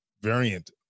variant